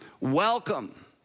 Welcome